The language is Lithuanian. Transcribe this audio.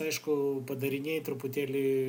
aišku padariniai truputėlį